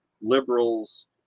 liberals